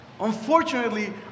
Unfortunately